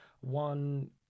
one